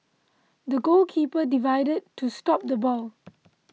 the goalkeeper dived to stop the ball